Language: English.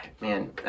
man